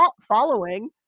following